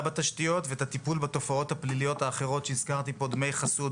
בתשתיות ואת הטיפול בתופעות הפליליות האחרות שהזכרתי פה: דמי חסות,